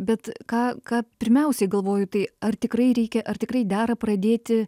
bet ką ką pirmiausiai galvoju tai ar tikrai reikia ar tikrai dera pradėti